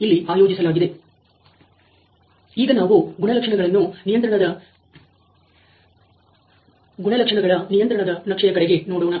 ಈಗ ನಾವು ಗುಣಲಕ್ಷಣಗಳ ನಿಯಂತ್ರಣದ ನಕ್ಷೆಯ ಕಡೆಗೆ ನೋಡೋಣ